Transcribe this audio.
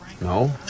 No